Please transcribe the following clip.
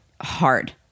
hard